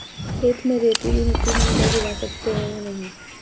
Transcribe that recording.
खेत में रेतीली मिटी में उपज उगा सकते हैं या नहीं?